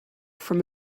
from